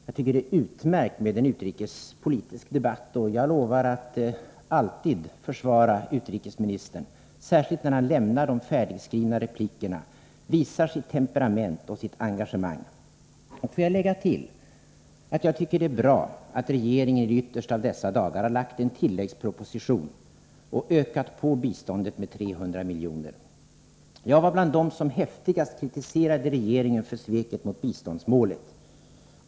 Jag tycker att det är utmärkt med en utrikespolitisk debatt, och jag lovar att alltid försvara utrikesministerns yttrandefrihet, särskilt när han lämnar de färdigskrivna replikerna och visar sitt temperament och engagemang. Jag vill tillägga att jag tycker det är bra att regeringen i de yttersta av dessa dagar har lagt fram en tilläggsproposition och ökat på biståndet med 300 miljoner. Jag var bland dem som häftigast kritiserade regeringen för sveket mot biståndsmålet.